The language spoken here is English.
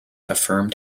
affirmed